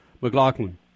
McLaughlin